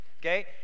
Okay